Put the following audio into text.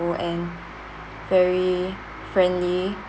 and very friendly